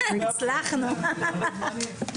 15:59.